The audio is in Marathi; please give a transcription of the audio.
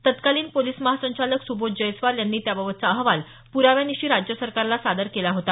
तत्कालीन पोलिस महासंचालक सुबोध जयस्वाल यांनी त्याबाबतचा अहवाल पुराव्यानिशी राज्य सरकारला सादर केला होता